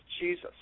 Jesus